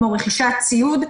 כמו רכישת ציוד.